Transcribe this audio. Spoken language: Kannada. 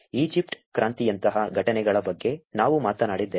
ಈಜಿಪ್ಟ್ ಕ್ರಾಂತಿಯಂತಹ ಘಟನೆಗಳ ಬಗ್ಗೆ ನಾವು ಮಾತನಾಡಿದ್ದೇವೆ